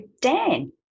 Dan